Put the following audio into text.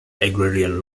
agrarian